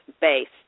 based